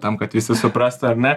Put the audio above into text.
tam kad visi suprastų ar ne